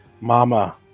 Mama